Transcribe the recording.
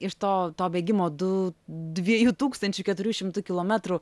iš to to bėgimo du dviejų tūkstančių keturių šimtų kilometrų